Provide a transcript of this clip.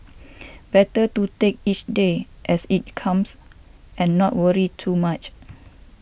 better to take each day as it comes and not worry too much